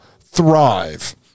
thrive